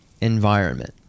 environment